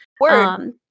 Word